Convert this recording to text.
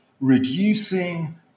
Reducing